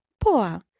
Poa